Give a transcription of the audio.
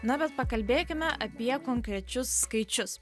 na bet pakalbėkime apie konkrečius skaičius